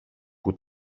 πού